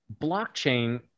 blockchain